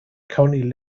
currently